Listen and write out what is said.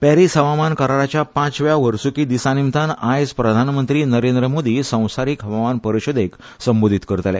पॅरीस हवामान कराराच्या पांचव्या वर्सुकी दिसा निमतान आयज प्रधानमंत्री नरेंद्र मोदी संवसारीक हवामान परिशदेक संबोधीत करतले